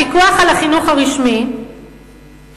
הפיקוח על החינוך הרשמי, כאשר,